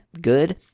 good